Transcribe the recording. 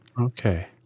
Okay